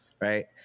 Right